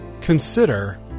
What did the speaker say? Consider